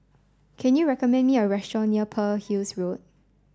can you recommend me a restaurant near Pearl Hill's Road